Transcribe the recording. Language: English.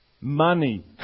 Money